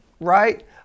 right